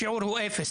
השיעור הוא אפס.